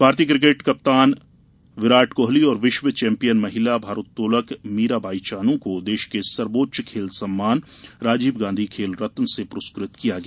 भारतीय क्रिकेट कप्तान विराट कोहली और विश्व चैंपियन महिला भारोत्तोलक मीराबाई चानू को देश के सर्वोच्च खेल सम्मान राजीव गांधी खेल रत्न से पुरस्कृत किया गया